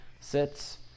sits